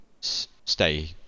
stay